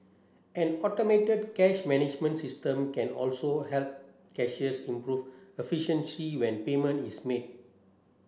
an automated cash management system can also help cashiers improve efficiency when payment is made